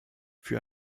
für